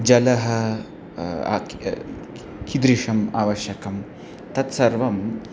जलं कीदृशम् आवश्यकं तत्सर्वं